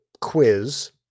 quiz